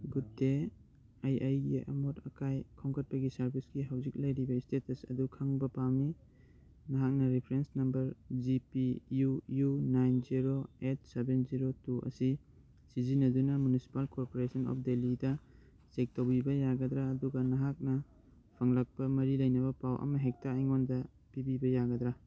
good day ꯑꯩ ꯑꯩꯒꯤ ꯑꯃꯣꯠ ꯑꯀꯥꯏ ꯈꯣꯝꯒꯠꯄꯒꯤ ꯁꯥꯔꯚꯤꯁꯀꯤ ꯍꯧꯖꯤꯛ ꯂꯩꯔꯤꯕ ꯏꯁꯇꯦꯇꯁ ꯑꯗꯨ ꯈꯪꯕ ꯄꯥꯝꯃꯤ ꯅꯍꯥꯛꯅ reference number G P U U nine zero eight seven zero two ꯑꯁꯤ ꯁꯤꯖꯤꯟꯅꯗꯨꯅ ꯃ꯭ꯌꯨꯅꯤꯁꯤꯄꯥꯜ ꯀꯣꯔꯄꯣꯔꯦꯁꯟ ꯑꯣꯐ ꯗꯦꯜꯂꯤꯗ ꯆꯦꯛ ꯇꯧꯕꯤꯕ ꯌꯥꯒꯗ꯭ꯔꯥ ꯑꯗꯨꯒ ꯅꯍꯥꯛꯅ ꯐꯪꯂꯛꯄ ꯃꯔꯤ ꯂꯩꯅꯕ ꯄꯥꯎ ꯑꯃꯍꯦꯛꯇ ꯑꯩꯉꯣꯟꯗ ꯄꯤꯕꯤꯕ ꯌꯥꯒꯗ꯭ꯔꯥ